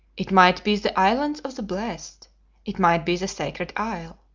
it might be the islands of the blest it might be the sacred isle.